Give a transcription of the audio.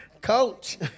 coach